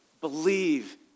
believe